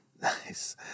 Nice